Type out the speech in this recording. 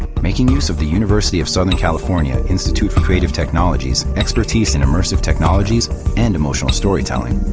making use of the university of southern california institute for creative technologies, expertise in immersive technologies and emotional storytelling,